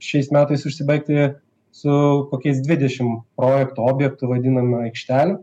šiais metais užsibaigti su kokiais dvidešim projekto objektų vadinamų aikštelių